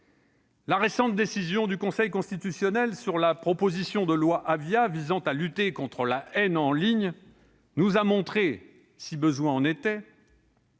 La récente décision du Conseil constitutionnel sur la proposition de loi Avia visant à lutter contre la haine en ligne nous a montré, si besoin était,